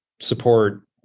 support